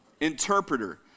Interpreter